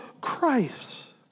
Christ